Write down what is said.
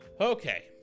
Okay